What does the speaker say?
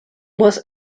was